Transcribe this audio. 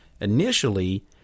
Initially